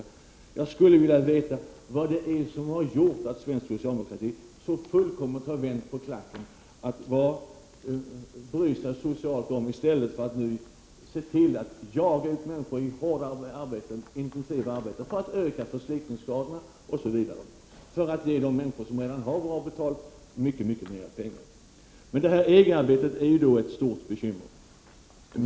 Därför skulle jag vilja veta vad det är som har gjort att svensk socialdemokrati så fullständigt har vänt på klacken, från att bry sig om människorna socialt till att nu se till att jaga ut människor i hårdare, intensivare arbeten och därigenom öka förslitningsskadorna osv. — för att ge de människor som redan har bra betalt mycket mer pengar. EG-arbetet är ett stort bekymmer.